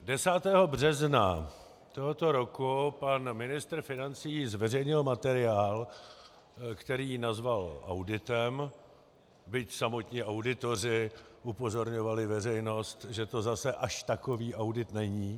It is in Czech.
10. března tohoto roku pan ministr financí zveřejnil materiál, který nazval auditem, byť samotní auditoři upozorňovali veřejnost, že to zase až takový audit není.